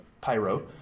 pyro